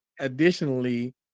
additionally